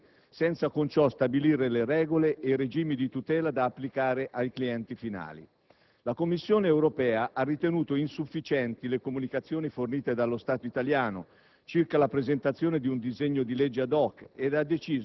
si limita a introdurre la scadenza del 1° luglio 2007 senza, con ciò, stabilire le regole e i regimi di tutela da applicare ai clienti finali. La Commissione europea ha ritenuto insufficienti le comunicazioni fornite dallo Stato italiano